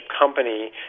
company